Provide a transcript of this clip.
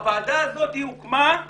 הוועדה הזאת הוקמה ביום רביעי.